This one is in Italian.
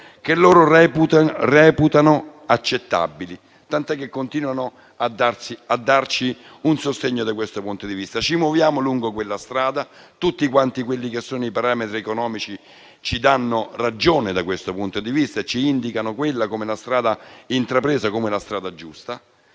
che loro reputano accettabili, tant'è che continuano a darci un sostegno da questo punto di vista. Ci muoviamo lungo quella strada. Tutti i parametri economici ci danno ragione da questo punto di vista, e ci indicano la strada intrapresa come la strada giusta.